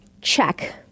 Check